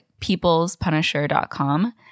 peoplespunisher.com